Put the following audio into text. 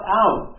out